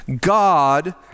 God